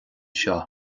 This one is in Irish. seo